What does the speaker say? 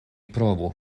provu